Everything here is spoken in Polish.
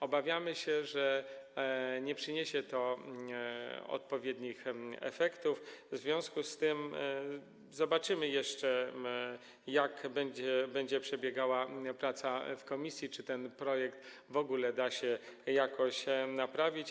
Obawiamy się, że nie przyniesie to odpowiednich efektów, w związku z tym zobaczymy jeszcze, jak będzie przebiegała praca w komisji i czy ten projekt w ogóle da się jakoś naprawić.